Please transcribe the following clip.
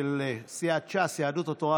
של סיעת ש"ס ויהדות התורה,